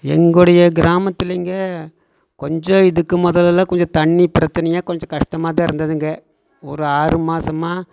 எங்குளுடைய கிராமத்திலைங்க கொஞ்சம் இதுக்கு முதல்லல்லா கொஞ்சம் தண்ணி பிரச்சினையா கொஞ்சம் கஷ்டமாதான் இருந்ததுங்க ஒரு ஆறு மாதமா